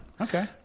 Okay